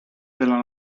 della